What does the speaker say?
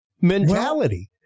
mentality